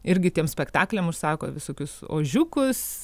irgi tiem spektakliam užsako visokius ožiukus